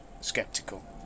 skeptical